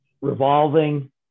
revolving